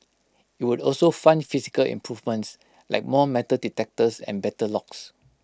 IT would also fund physical improvements like more metal detectors and better locks